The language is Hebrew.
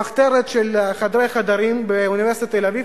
במחתרת של חדרי חדרים באוניברסיטת תל-אביב